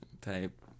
type